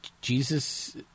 Jesus